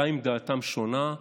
גם אם דעתם שונה,